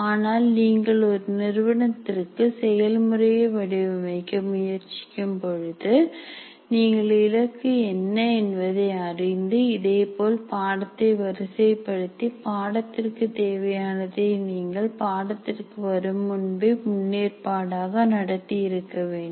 ஆனால் நீங்கள் ஒரு நிறுவனத்திற்கு செயல்முறையை வடிவமைக்க முயற்சிக்கும் பொழுது நீங்கள் இலக்கு என்ன என்பதை அறிந்து இதேபோல் பாடத்தை வரிசைப்படுத்தி பாடத்திற்கு தேவையானதை நீங்கள் பாடத்திற்கு வரும் முன்பே முன்னேற்பாடாக நடத்தி இருக்க வேண்டும்